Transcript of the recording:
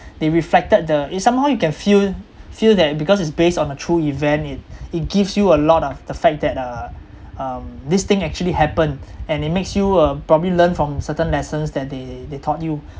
they reflected the it somehow you can feel feel that because it's based on a true event it it gives you a lot of the fact that uh um this thing actually happened and it makes you uh probably learn from certain lessons that they they taught you